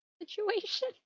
Situation